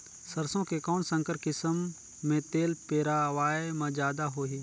सरसो के कौन संकर किसम मे तेल पेरावाय म जादा होही?